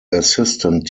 assistant